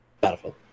Battlefield